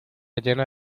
llena